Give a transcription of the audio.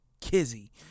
kizzy